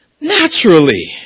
Naturally